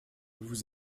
vous